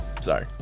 Sorry